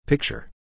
Picture